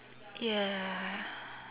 ya